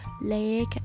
lake